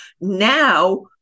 Now